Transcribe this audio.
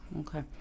Okay